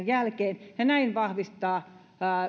jälkeen ja näin vahvistaa